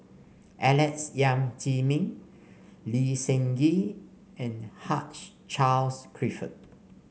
Alex Yam Ziming Lee Seng Gee and Hugh Charles Clifford